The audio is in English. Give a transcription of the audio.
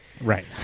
right